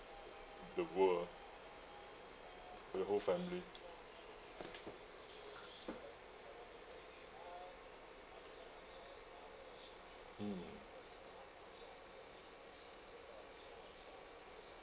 the world ah with whole family mm